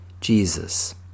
Jesus